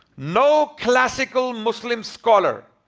no classical muslim scholar.